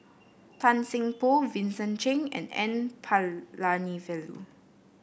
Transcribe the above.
Tan Seng Poh Vincent Cheng and N Palanivelu